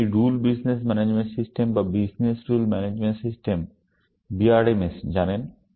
আপনি এই rule business management system বা business rule management system BRMS জানেন